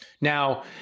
Now